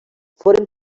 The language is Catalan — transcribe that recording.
foren